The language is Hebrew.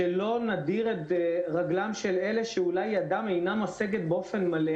כדי שלא נדיר את רגליהם של אלה שאולי ידם אינה משגת באופן מלא